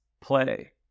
play